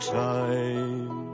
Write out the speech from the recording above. time